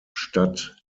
stadt